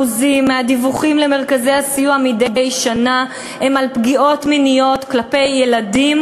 מהדיווחים למרכזי הסיוע מדי שנה הם על פגיעות מיניות כלפי ילדים